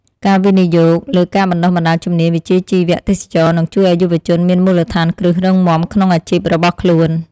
ការវិនិយោគលើការបណ្តុះបណ្តាលជំនាញវិជ្ជាជីវៈទេសចរណ៍នឹងជួយឱ្យយុវជនមានមូលដ្ឋានគ្រឹះរឹងមាំក្នុងអាជីពរបស់ខ្លួន។